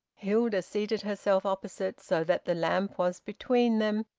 hilda seated herself opposite, so that the lamp was between them,